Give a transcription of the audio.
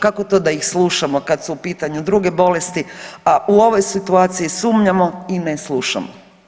Kako to da ih slušamo kada su u pitanju druge bolesti, a u ovoj situaciji sumnjamo i ne slušamo?